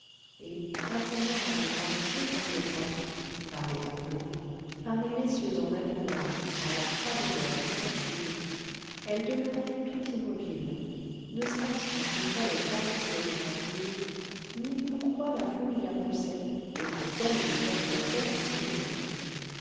et intérieurement effarouchée par les drapeaux par les tambours par les messieurs en habit noir et par la croix d'honneur du conseiller elle demeurait tout immobile ne sachant s'il fallait s'avancer ou s'enfuir ni pourquoi la foule la poussait et pourquoi les examinateurs lui souriaient